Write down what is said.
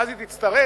ואז היא תצטרך